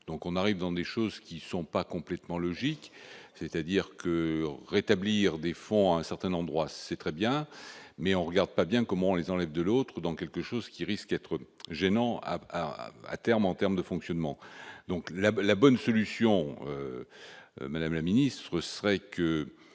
donc on arrive dans des choses qui sont pas complètement logique, c'est-à-dire que rétablir des fonds à un certain endroit, c'est très bien mais on regarde pas bien comme on les enlève, de l'autre, dans quelque chose qui risque d'être gênant à terme en termes de fonctionnement donc là la bonne solution, madame la ministre serait que